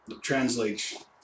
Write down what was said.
translates